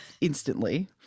instantly